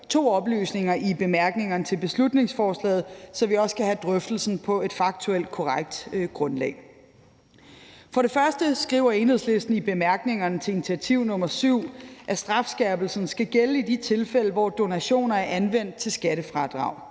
to oplysninger i bemærkningerne til beslutningsforslaget, så vi også kan have drøftelsen på et faktuelt korrekt grundlag. For det første skriver Enhedslisten i bemærkningerne til initiativ nr. 7, at strafskærpelsen skal gælde i de tilfælde, hvor donationer er anvendt til skattefradrag.